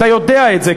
אתה יודע את זה,